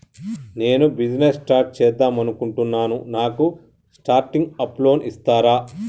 నేను business start చేద్దామనుకుంటున్నాను నాకు స్టార్టింగ్ అప్ లోన్ ఇస్తారా?